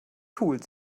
cool